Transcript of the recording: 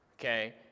Okay